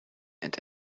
and